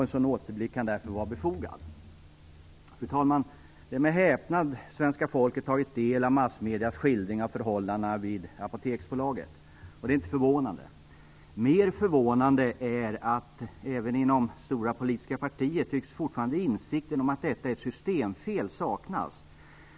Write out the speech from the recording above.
En sådan återblick kan därför vara befogad. Det är med häpnad, fru talman, som det svenska folket har tagit del av massmediernas skildring av förhållandena vid Apoteksbolaget. Det är inte förvånande. Mer förvånande är att insikten om att detta är ett systemfel fortfarande tycks saknas även inom stora politiska partier.